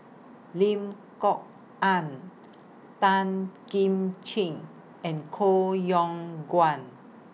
Lim Kok Ann Tan Kim Ching and Koh Yong Guan